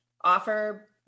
offer